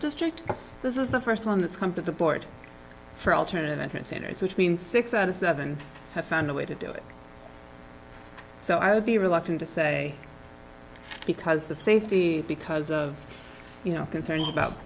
district this is the first one that's come to the board for alternative entrants into it which means six out of seven have found a way to do it so i would be reluctant to say because of safety because of you know concerns about